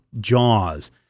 Jaws